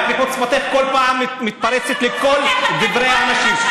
את בחוצפתך כל פעם מתפרצת לכל דברי האנשים.